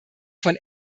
von